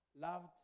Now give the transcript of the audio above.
loved